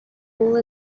role